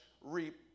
reap